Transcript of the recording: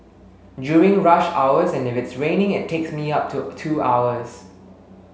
during rush hours and if it's raining it takes me up to two hours